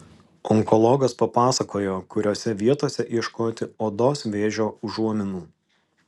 onkologas papasakojo kuriose vietose ieškoti odos vėžio užuominų